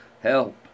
help